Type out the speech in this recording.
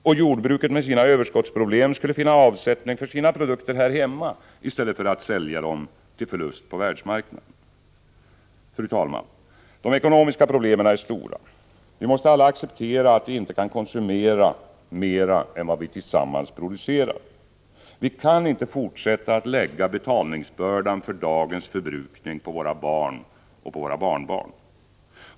Och jordbruket, med sina överskottsproblem, skulle finna avsättning för sina produkter här hemma, i stället för att tvingas sälja dem till förlust på världsmarknaden. Fru talman! De ekonomiska problemen är stora. Vi måste alla acceptera att vi inte kan konsumera mer än vad vi tillsammans producerar. Vi kan inte fortsätta att lägga betalningsbördan för dagens förbrukning på våra barn och barnbarn.